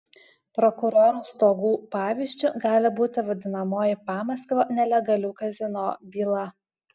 prokurorų stogų pavyzdžiu gali būti vadinamoji pamaskvio nelegalių kazino byla